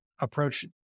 approach